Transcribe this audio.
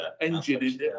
engine